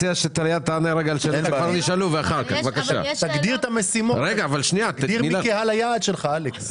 את המשימות, תגדיר מי קהל היעד שלך, אלכס.